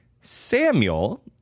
Samuel